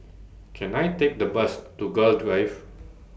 Can I Take The Bus to Gul Drive